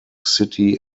city